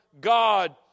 God